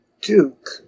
Duke